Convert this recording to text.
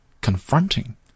confronting